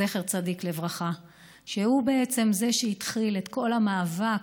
זכר צדיק לברכה, שהוא שהתחיל את כל המאבק,